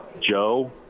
Joe